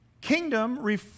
kingdom